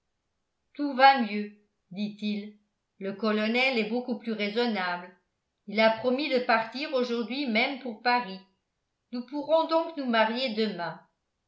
tout va mieux dit-il le colonel est beaucoup plus raisonnable il a promis de partir aujourd'hui même pour paris nous pourrons donc nous marier demain